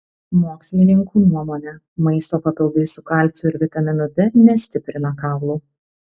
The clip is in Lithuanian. mokslininkų nuomone maisto papildai su kalciu ir vitaminu d nestiprina kaulų